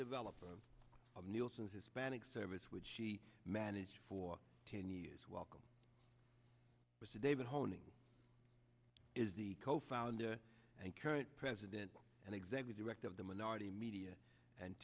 developer of nielsen hispanic service which she managed for ten years welcome was david honing is the co founder and current president and executive director of the minority media and